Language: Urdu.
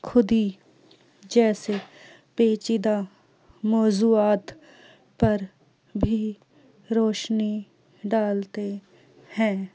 خودی جیسے پیچییدہ موضوعات پر بھی روشنی ڈالتے ہیں